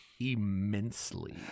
immensely